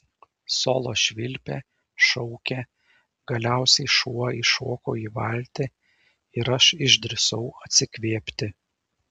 solo švilpė šaukė galiausiai šuo įšoko į valtį ir aš išdrįsau atsikvėpti